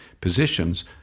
positions